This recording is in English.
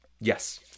Yes